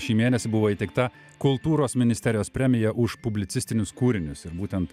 šį mėnesį buvo įteikta kultūros ministerijos premija už publicistinius kūrinius ir būtent